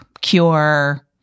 cure